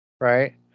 right